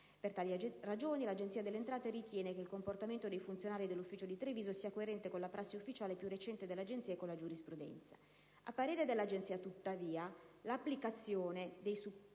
Per tali ragioni, l'Agenzia delle entrate ritiene che il comportamento dei funzionari dell'ufficio di Treviso sia coerente con la prassi ufficiale più recente dell'Agenzia e con la giurisprudenza.